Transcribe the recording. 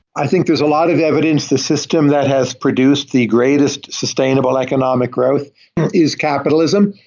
i think there's a lot of evidence the system that has produced the greatest sustainable economic growth is capitalism.